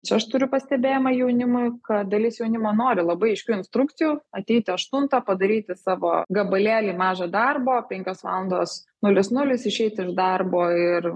čia aš turiu pastebėjimą jaunimui kad dalis jaunimo nori labai aiškių instrukcijų ateiti aštuntą padaryti savo gabalėlį mažą darbo penkios valandos nulis nulis išeiti iš darbo ir